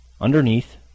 Underneath